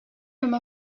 comme